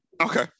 Okay